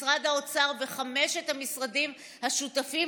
משרד האוצר וחמשת המשרדים השותפים